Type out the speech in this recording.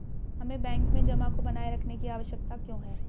हमें बैंक में जमा को बनाए रखने की आवश्यकता क्यों है?